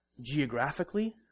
geographically